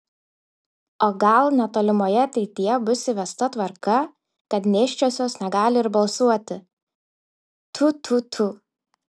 o gal netolimoje ateityje bus įvesta tvarka kad nėščiosios negali ir balsuoti tfu tfu tfu